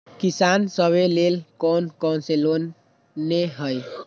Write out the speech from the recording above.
किसान सवे लेल कौन कौन से लोने हई?